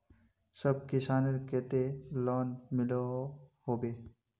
सब किसानेर केते लोन मिलोहो होबे?